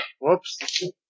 Whoops